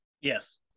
Yes